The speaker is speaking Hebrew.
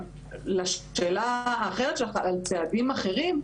לשאלה האחרת שלך על צעדים אחרים,